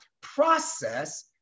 process